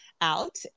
out